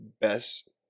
Best